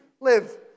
live